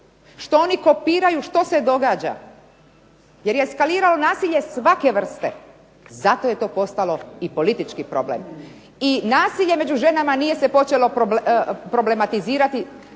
što oni kopiraju što se događa. Jer je eskaliralo nasilje svake vrste, zato je to postalo i politički problem. I nasilje među ženama nije se počelo problematizirati